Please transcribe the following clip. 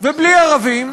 ובלי ערבים,